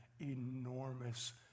enormous